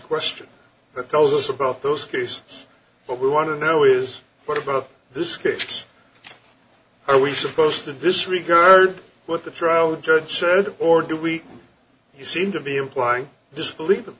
question that tells us about those cases but we want to know is what about this case are we supposed to disregard what the trial judge said or do we seem to be implying just leave them